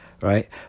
right